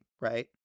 right